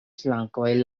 flankoj